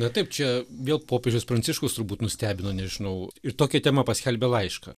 na taip čia vėl popiežius pranciškus turbūt nustebino nežinau ir tokia tema paskelbė laišką